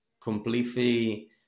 completely